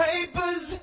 Papers